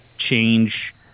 change